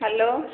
hello